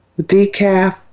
decaf